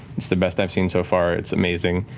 it's the best i've seen so far, it's amazing.